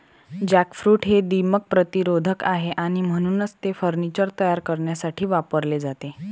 jackfruit हे दीमक प्रतिरोधक आहे आणि म्हणूनच ते फर्निचर तयार करण्यासाठी वापरले जाते